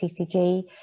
CCG